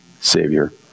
Savior